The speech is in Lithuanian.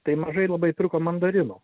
tai mažai labai pirko mandarinų